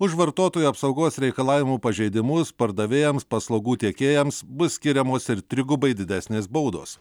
už vartotojų apsaugos reikalavimų pažeidimus pardavėjams paslaugų tiekėjams bus skiriamos ir trigubai didesnės baudos